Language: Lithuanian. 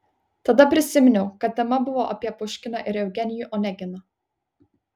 tada prisiminiau kad tema buvo apie puškiną ir eugenijų oneginą